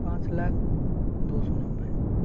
पाँच लाख दो सौ नब्बे